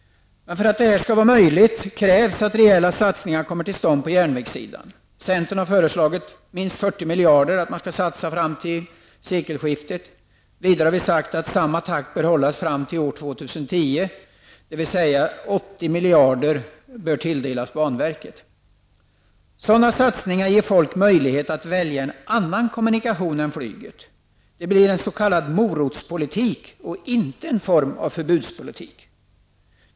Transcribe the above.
Men för att detta skall vara möjligt krävs att rejäla satsningar kommer till stånd på järnvägssidan. Centern har föreslagit att minst 40 miljarder skall satsas fram till sekelskiftet. Vidare har vi sagt att samma takt bör hållas fram till 2010, dvs. 80 miljarder bör tilldelas banverket. Sådana satsningar ger människor möjlighet att välja en annan kommunikation än flyget. Det blir en s.k. morotspolitik och inte en form av förbudspolitik.